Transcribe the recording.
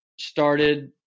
started